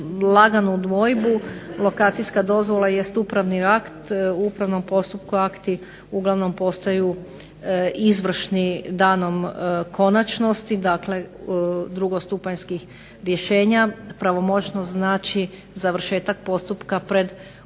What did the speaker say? laganu dvojbu. Lokacijska dozvola jest upravni akt. U upravnom postupku akti uglavnom postaju izvršni danom konačnosti. Dakle, drugostupanjskih rješenja. Pravomoćnost znači završetak postupka pred Upravnim